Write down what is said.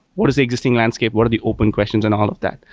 what is the existing landscape? what are the open questions and all of that?